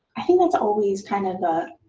i think that's always kind of the